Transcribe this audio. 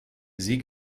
sie